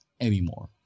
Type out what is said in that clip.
anymore